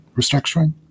restructuring